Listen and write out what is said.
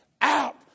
out